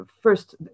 first